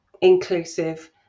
inclusive